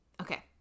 Okay